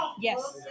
Yes